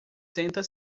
sentam